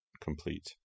complete